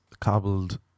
cobbled